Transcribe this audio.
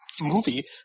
movie